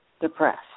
depressed